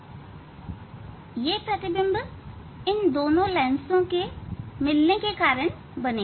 यह इन दो लेंसों के मिलने के लिए प्रतिबिंब होगी इन दो लेंस के मिलने से बनेगा